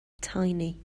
tiny